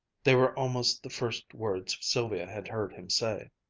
they were almost the first words sylvia had heard him say.